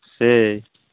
ᱥᱮᱭ